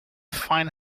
fine